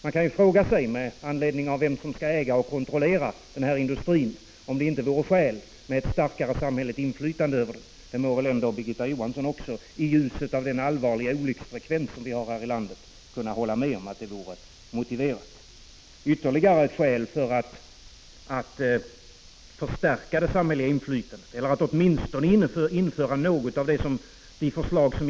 Med anledning av frågan om vem som skall äga och kontrollera denna industri kan man fråga sig om det inte vore skäl att ha ett starkare samhälleligt inflytande över den. I ljuset av den allvarliga olycksfrekvensen här i landet må väl också Birgitta Johansson kunna hålla med om att det vore motiverat. Det är ytterligare ett skäl för att förstärka det samhälleliga inflytandet eller att åtminstone genomföra något av de förslag som bl.a.